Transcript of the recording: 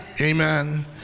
Amen